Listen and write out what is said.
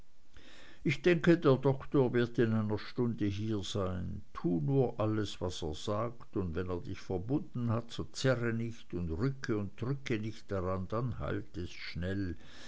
ich denke der doktor wird in einer stunde hier sein tu nur alles was er sagt und wenn er dich verbunden hat so zerre nicht und rücke und drücke nicht daran dann heilt es schnell